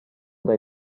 dai